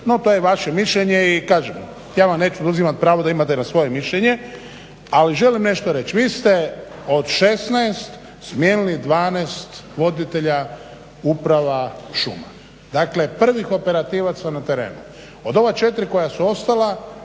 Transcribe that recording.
No to je vaše mišljenje, ja vam neću uzimat pravo da imate na svoje mišljenje. Ali želim nešto reć, vi ste od 16 smijenili 12 voditelja uprava šuma. Dakle prvih operativaca na terenu. Od ova 4 koja su ostala